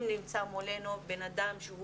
אם נמצא מולנו בן אדם שהוא